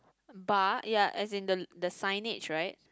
bar ya as in the the signage right